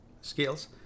skills